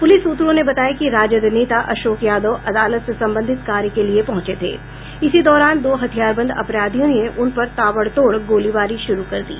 police सूत्रों ने बताया कि राजद नेता अशोक यादव अदालत से संबंधित कार्य के लिये पहुंचे थे इसी दौरान दो हथियारबंद अपराधियों ने उनपर ताबड़तोड़ गोलीबारी शुरू कर दी